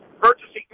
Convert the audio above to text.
purchasing